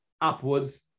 upwards